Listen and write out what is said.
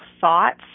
thoughts